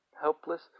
helpless